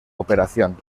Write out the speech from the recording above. operación